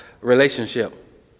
relationship